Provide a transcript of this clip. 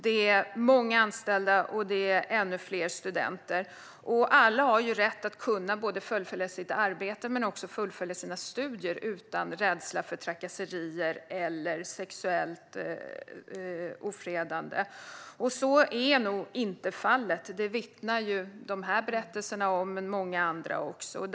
Det är många anställda och ännu fler studenter, och alla har rätt att kunna både fullfölja sitt arbete och också fullfölja sina studier utan rädsla för trakasserier eller sexuellt ofredande. Så är nog inte fallet, vilket de här berättelserna och även många andra vittnat om.